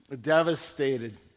devastated